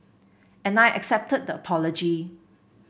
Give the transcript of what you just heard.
and I accepted the apology